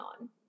on